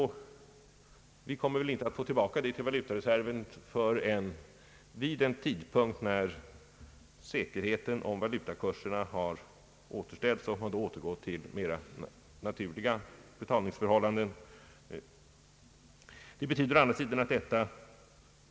Vi kommer väl inte att få tillbaka detta till vår valutareserv förrän vid en tidpunkt då säkerheten om valutakurserna har återställts och man återgått till mera naturliga betalningsförhållanden.